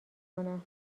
کنم